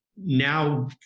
Now